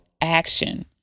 action